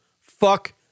Fuck